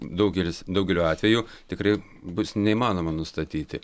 daugelis daugeliu atvejų tikrai bus neįmanoma nustatyti